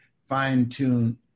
fine-tune